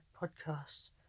podcast